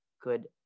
good